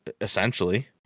essentially